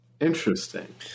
Interesting